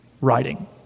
writing